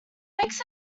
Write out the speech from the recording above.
makes